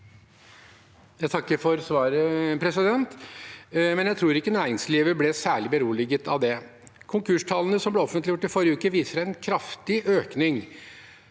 Jeg takker for svaret, men jeg tror ikke næringslivet ble særlig beroliget av det. Konkurstallene som ble offentliggjort i forrige uke, viser en kraftig økning.